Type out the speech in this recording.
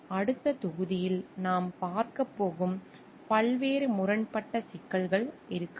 அடுத்த தொகுதியில் நாம் பார்க்கப் போகும் பல்வேறு முரண்பட்ட சிக்கல்கள் இருக்கலாம்